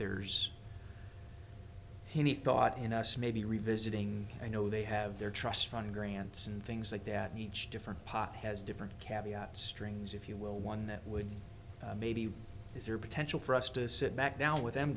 there's he thought in us maybe revisiting i know they have their trust fund grants and things like that and each different pot has different caviar strings if you will one that would maybe is there potential for us to sit back down with them